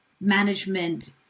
Management